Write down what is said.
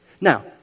Now